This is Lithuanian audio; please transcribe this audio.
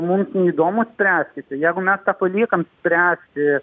mums neįdomu spręskite jeigu mes tą paliekam spręsti